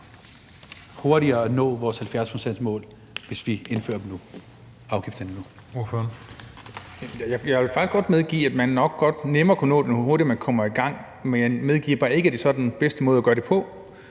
hurtigere at nå vores 70-procentsmålsætning, hvis vi indfører